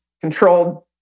controlled